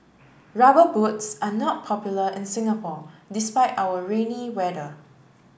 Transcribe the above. rubber boots are not popular in Singapore despite our rainy weather